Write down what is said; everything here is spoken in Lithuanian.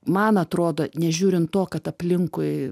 man atrodo nežiūrint to kad aplinkui